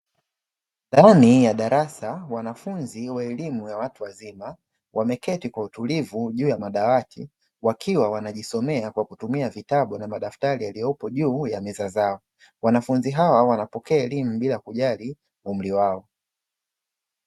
Ndani ya darasa wanafunzi wa elimu ya watu wazima wameketi kwa utulivu juu ya dawati wakiwa wanajisomea kwa kutumia vitabu na madaftari yaliyopo juu ya meza zao, wanafunzi hawa wanapokea elimu bila kujali umri wao.